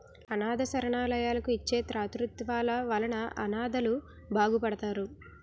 అనాధ శరణాలయాలకు ఇచ్చే తాతృత్వాల వలన అనాధలు బాగుపడతారు